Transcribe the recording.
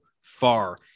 far